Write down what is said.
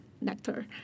nectar